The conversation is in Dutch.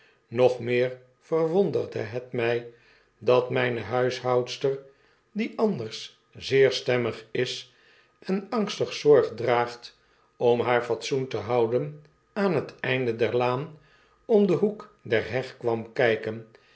nog meer verwonderde het my dat myne huishoudster die anders zeer stemmig is en angstig zorgdraagtomhaarfatsoen te houden aan het einde der laan oin den hoek der heg kwam kyken